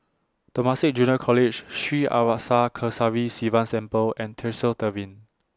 Temasek Junior College Sri Arasakesari Sivan Temple and Tresor Tavern